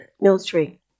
Military